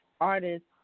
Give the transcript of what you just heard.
artists